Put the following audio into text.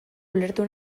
ulertu